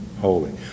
holy